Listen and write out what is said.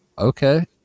okay